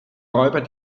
räuber